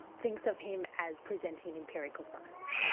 thinks of him as presenting empirical science.